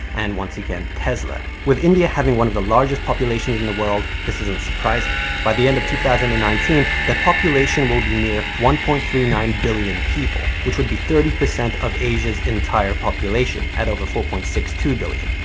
and, once again, tesla. with india having one of the largest populations in the world, this isn't surprising. by the end of two thousand and nineteen, that population will be near one point three nine billion people, which would be thirty percent of asia's entire population, at over four point six two billion.